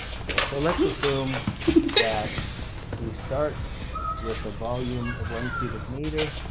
okay, so let's assume that we start with a volume of one cubic meter